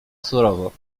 surowo